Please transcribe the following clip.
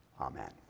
Amen